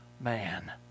man